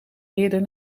eerder